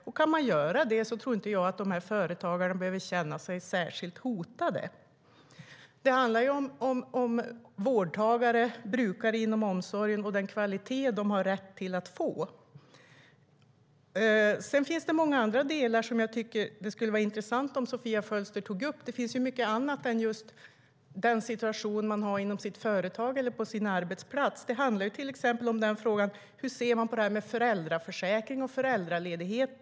Om de kan göra så behöver inte dessa företagare känna sig särskilt hotade. Det handlar om den kvalitet på omsorgen som vårdtagare och brukare har rätt att få. Det skulle vara intressant om Sofia Fölster tog upp även andra frågor. Det finns mycket annat än just situationen på ett företag eller en arbetsplats. Det handlar till exempel om föräldraförsäkringen och föräldraledigheten.